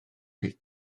bydd